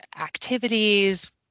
activities